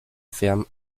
ferme